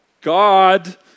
God